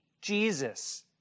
jesus